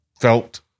felt